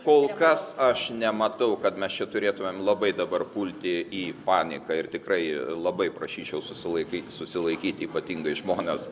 kol kas aš nematau kad mes čia turėtumėm labai dabar pulti į paniką ir tikrai labai prašyčiau susilaikyk susilaikyti ypatingai žmones